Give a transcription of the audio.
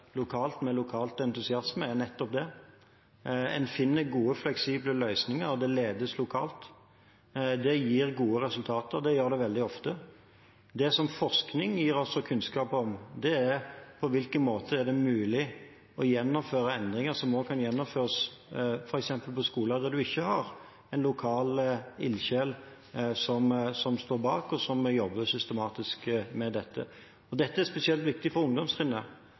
lokalt med lokal entusiasme, er nettopp det. En finner gode, fleksible løsninger, og det ledes lokalt. Det gir veldig ofte gode resultater. Det som forskning gir oss kunnskap om, er på hvilken måte det er mulig å gjennomføre endringer som også kan gjennomføres f.eks. på skoler der en ikke har en lokal ildsjel som står bak, og som jobber systematisk med dette. Dette er spesielt viktig for ungdomstrinnet.